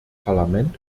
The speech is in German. parlament